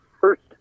first